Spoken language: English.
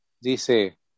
Dice